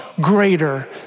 greater